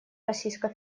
российской